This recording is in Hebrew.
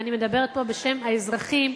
ואני מדברת פה בשם האזרחים,